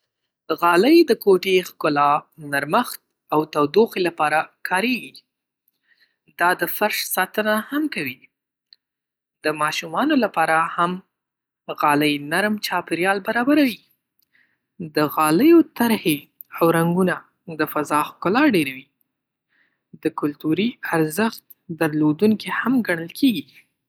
غالۍ د کوټې ښکلا، نرمښت او تودوخې لپاره کارېږي. دا د فرش ساتنه هم کوي. د ماشومانو لپاره هم غالۍ نرم چاپېریال برابروي. د غالیو طرحې او رنګونه د فضا ښکلا ډېروي. د کلتوري ارزښت درلودونکې هم ګڼل کېږي.